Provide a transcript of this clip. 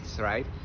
right